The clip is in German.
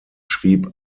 schrieb